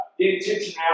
intentionality